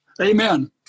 Amen